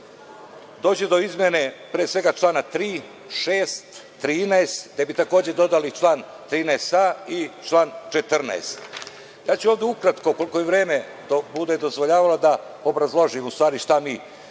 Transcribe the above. dođe do izmene pre svega člana 3, 6, 13, gde bi takođe dodali i član 13a i član 14.Ja ću ovde ukratko, koliko mi vreme bude dozvoljavalo, da obrazložim šta mi